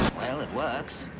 well, it works.